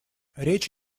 речь